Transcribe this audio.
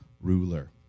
ruler